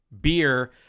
beer